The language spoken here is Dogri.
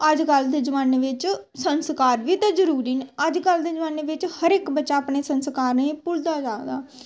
अजकल्ल दे जमाने च संस्कार बी ते जरूरी न अजकल्ल दे जमाने च हर इक बच्चा अपने संस्कारें गी भुलदा जा'रदा